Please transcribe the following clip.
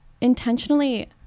intentionally